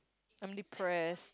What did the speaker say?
I'm depressed